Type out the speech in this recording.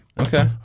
Okay